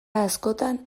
askotan